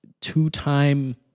two-time